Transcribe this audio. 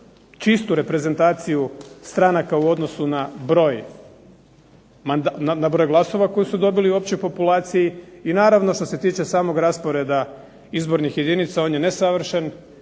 čistu reprezentaciju stranaka u odnosu na broj glasova koji su dobili u općoj populaciji i naravno što se tiče samoga rasporeda izbornih jedinica on je nesavršen